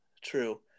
true